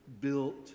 built